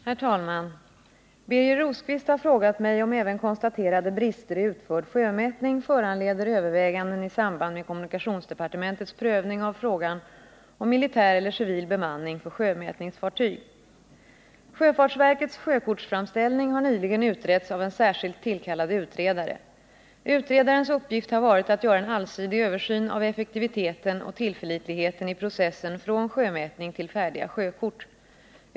Herr talman! Birger Rosqvist har frågat mig om även konstaterade brister i utförd sjömätning föranleder överväganden i samband med kommunikationsdepartementets prövning av frågan om militär eller civil bemanning för sjömätningsfartyg. Sjöfartsverkets sjökortsframställning har nyligen utretts av en särskilt tillkallad utredare. Utredarens uppgift har varit att göra en allsidig översyn av effektiviteten och tillförlitligheten i processen från sjömätning till färdiga sjökort.